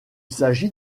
s’agit